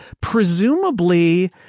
Presumably